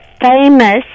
famous